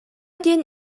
диэн